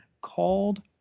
called